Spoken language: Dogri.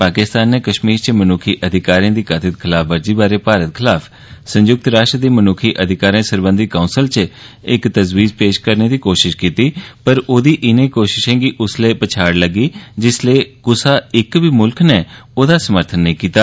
पाकिस्तान नै कश्मीर च मनुक्खी अधिकारें दी कथित खलाफवर्जी बारै भारत खलाफ संयुक्त राष्ट्र दी मनुक्खी अधिकारें सरबंधी काउंसल च इक प्रस्ताव पेश करने दी कोशश कीती पर ओदी इनें कोशशें गी उसलै तगड़ा झटका लग्गा जिसलै क्सा इक म्ल्ख नै बी ओह्दा समर्थन नेईं कीता